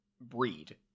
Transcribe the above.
breed